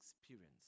experience